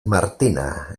martina